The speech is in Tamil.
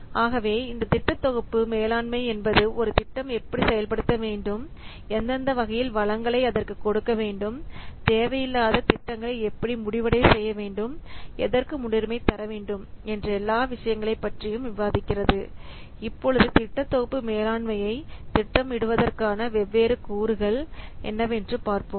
ஆகவே இந்த திட்ட தொகுப்பு மேலாண்மை என்பது ஒரு திட்டம் எப்படி செயல்படுத்த வேண்டும் எந்தெந்த வகையில் வளங்களை அதற்கு கொடுக்க வேண்டும் தேவையில்லாத திட்டங்களை எப்படி முடிவடைய செய்ய வேண்டும் எதற்கு முன்னுரிமை தர வேண்டும் என்ற எல்லா விஷயங்களைப் பற்றியும் விவாதிக்கிறது இப்பொழுது திட்ட தொகுப்பு மேலாண்மையை திட்டம் இடுவதற்கான வெவ்வேறு கூறுகள் என்னவென்று பார்ப்போம்